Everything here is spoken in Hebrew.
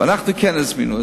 ואנחנו כן הזמנו.